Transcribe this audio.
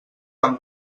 amb